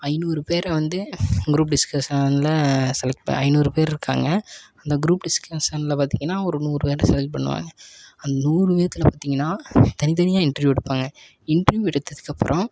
ஐநூறு பேரை வந்து குரூப் டிஸ்கஸ்ஷனில் செலெக்ட் ஐநூறு பேரு இருக்காங்க அந்த குரூப் டிஸ்கஸ்ஷனில் பார்த்திங்கன்னா ஒரு நூறு பேர செலக்ட் பண்ணுவாங்க அந்த நூறு பேத்துல பார்த்திங்கன்னா தனித்தனியாக இன்ட்ரிவியூ எடுப்பாங்கா இன்ட்ரிவியூ எடுத்ததுக்கு அப்பறம்